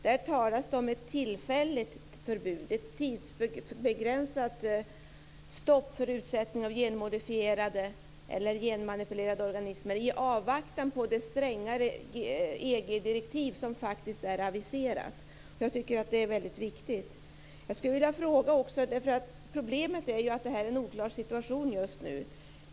Där talas det om ett tillfälligt förbud, ett tidsbegränsat stopp för utsättning av genmodifierade eller genmanipulerade organismer i avvaktan på det strängare EG-direktiv som faktiskt är aviserat. Jag tycker att det är väldigt viktigt. Problemet är att situationen just nu är oklar.